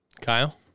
Kyle